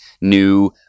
new